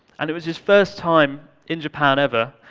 and it was his first time in japan ever.